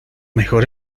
mejor